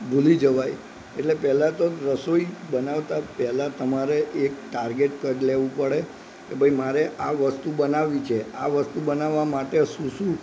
ભૂલી જવાય એટલે પહેલાં તો રસોઈ બનાવતા પહેલાં તમારે એક ટાર્ગેટ કરી લેવું પડે કે ભાઈ મારે આ વસ્તુ બનાવવી છે આ વસ્તુ બનાવવા માટે શું શું